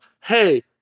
hey